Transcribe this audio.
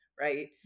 Right